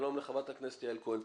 שלום לחברת הכנסת יעל כהן פארן.